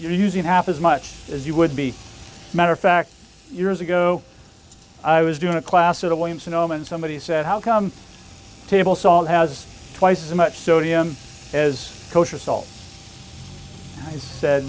using half as much as you would be a matter of fact years ago i was doing a class at a williams sonoma and somebody said how come table salt has twice as much sodium as kosher salt he said